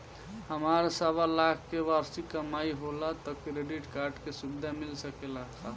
हमार सवालाख के वार्षिक कमाई होला त क्रेडिट कार्ड के सुविधा मिल सकेला का?